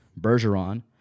Bergeron